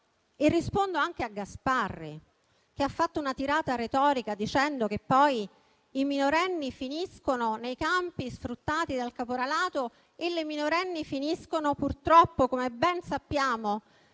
Rispondo anche al senatore Gasparri, che ha fatto una tirata retorica sostenendo che poi i minorenni finiscono nei campi, sfruttati dal caporalato, e le minorenni finiscono, purtroppo, come ben sappiamo,